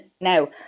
now